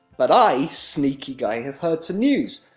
but i, sneaky guy, have heard some news.